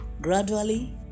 gradually